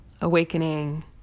awakening